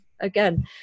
again